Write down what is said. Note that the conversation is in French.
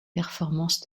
performances